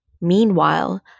Meanwhile